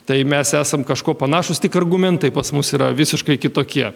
tai mes esam kažkuo panašūs tik argumentai pas mus yra visiškai kitokie